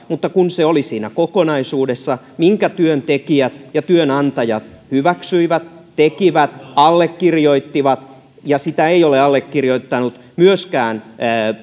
mutta se oli siinä kokonaisuudessa minkä työntekijät ja työnantajat hyväksyivät tekivät allekirjoittivat ja sitä ei ole allekirjoittanut myöskään